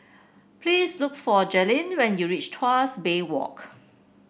please look for Jalynn when you reach Tuas Bay Walk